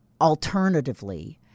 alternatively